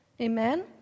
Amen